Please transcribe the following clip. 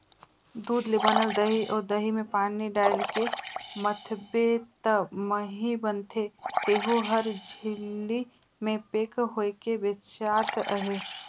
दूद ले बनल दही अउ दही में पानी डायलके मथबे त मही बनथे तेहु हर झिल्ली में पेक होयके बेचात अहे